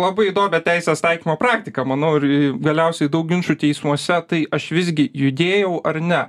labai įdomią teisės taikymo praktiką manau ir galiausiai daug ginčų teismuose tai aš visgi judėjau ar ne